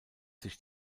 sich